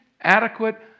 adequate